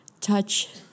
Touch